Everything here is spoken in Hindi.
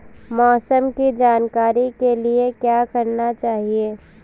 मौसम की जानकारी के लिए क्या करना चाहिए?